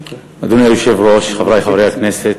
אדוני היושב-ראש, חברי חברי הכנסת,